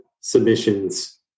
submissions